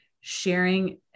sharing